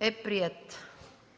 е приет.